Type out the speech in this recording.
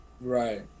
Right